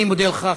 אני מודה לך,